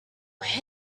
where